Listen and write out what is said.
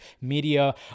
media